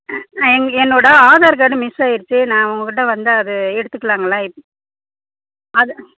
என்னோட Aadhaar card miss ஆகிடுச்சி நான் உங்கக்கிட்டே வந்து அது எடுத்துக்கலாம்ங்களா அது